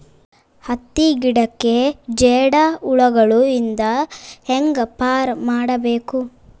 ಹತ್ತಿ ಗಿಡಕ್ಕೆ ಜೇಡ ಹುಳಗಳು ಇಂದ ಹ್ಯಾಂಗ್ ಪಾರ್ ಮಾಡಬೇಕು?